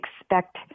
expect